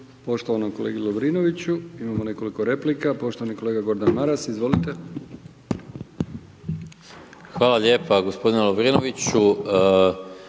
poštovanom kolegi Lovrinoviću. Imamo nekoliko replika, poštovani kolega Gordan Maras, izvolite. **Maras, Gordan